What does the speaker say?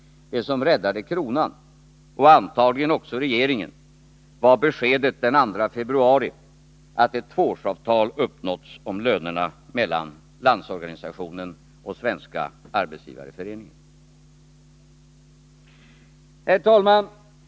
Det som räddade kronan — och antagligen också regeringen — var beskedet den 2 februari att ett tvåårsavtal uppnåtts om lönerna mellan Landsorganisationen och Svenska arbetsgivareföreningen. Herr talman!